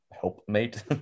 helpmate